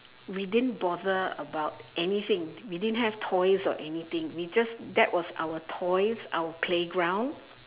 we didn't bother about anything we didn't have toys or anything we just that was our toys our playground